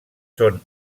són